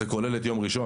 זה כולל את יום ראשון.